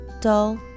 dull